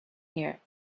here